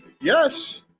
Yes